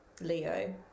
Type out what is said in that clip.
Leo